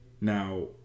Now